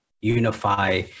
unify